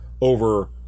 over